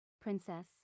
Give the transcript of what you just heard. Princess